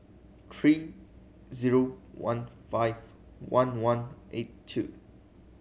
three zero one five one one eight two